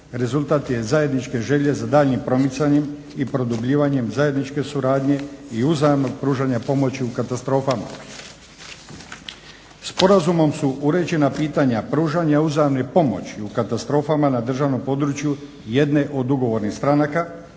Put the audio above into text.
rezultat je zajedničke želje za daljnjim promicanjem i produbljivanjem zajedničke suradnje i uzajamnog pružanja pomoći u katastrofama. Sporazumom su uređena pitanja pružanja uzajamne pomoći u katastrofama na državnom području jedne od ugovornih stranaka,